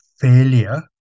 failure